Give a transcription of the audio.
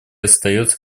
остается